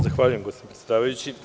Zahvaljujem, gospodine predsedavajući.